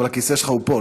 אבל הכיסא שלך הוא פה,